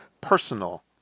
personal